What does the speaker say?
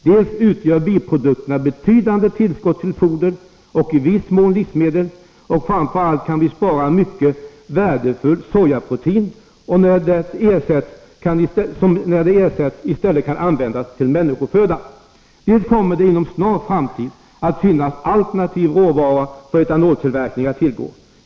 Dels utgör biprodukterna betydande tillskott till foder och i viss mån livsmedel, framför allt kan vi spara mycket värdefull sojaprotein, som i stället kan användas till människoföda, dels kommer det inom en snar framtid att finnas alternativa råvaror för etanoltillverkning att tillgå.